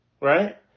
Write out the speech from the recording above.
right